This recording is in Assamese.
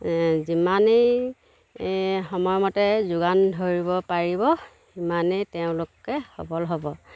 যিমানেই সময়মতে যোগান ধৰিব পাৰিব সিমানেই তেওঁলোকে সবল হ'ব